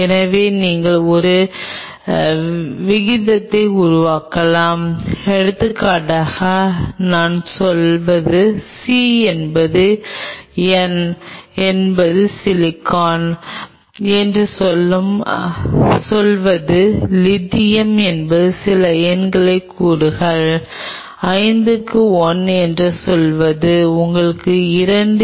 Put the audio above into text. எனவே நீங்கள் ஒரு விகிதத்தை உருவாக்கலாம் எடுத்துக்காட்டாக நான் சொல்வது c என்பது என் என்பது சிலிக்கான் என்று சொல்வது லித்தியம் என்பது சில எண்ணைக் கூறுங்கள் 5 க்கு 1 என்று சொல்வது உங்களுக்கு 2 என்பது 0